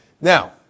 Now